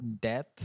death